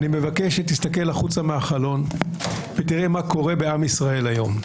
אני מבקש שתסתכל החוצה מהחלון ותראה מה קורה בעם ישראל היום.